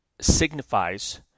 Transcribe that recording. signifies